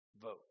vote